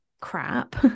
crap